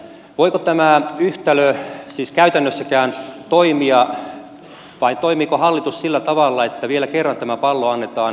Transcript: voiko tämä yhtälö siis käytännössäkään toimia vai toimiiko hallitus sillä tavalla että vielä kerran tämä pallo annetaan työmarkkinajärjestöille